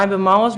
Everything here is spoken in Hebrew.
אבי מעוז,